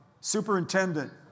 superintendent